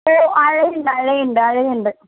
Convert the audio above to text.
ഓ അഴയിണ്ട് അഴയിണ്ട് അഴയിണ്ട്